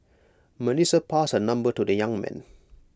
Melissa passed her number to the young man